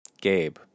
Gabe